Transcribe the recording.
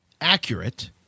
accurate